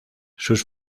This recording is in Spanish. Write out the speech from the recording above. sus